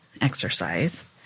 exercise